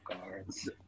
guards